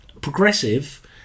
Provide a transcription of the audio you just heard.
progressive